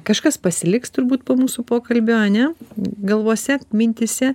kažkas pasiliks turbūt po mūsų pokalbio ane galvose mintyse